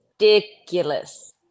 ridiculous